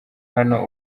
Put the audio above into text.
hano